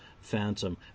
Phantom